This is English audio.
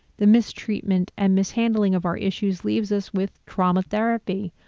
the mistreatment and mishandling of our issues leaves us with trauma therapy,